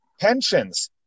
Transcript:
pensions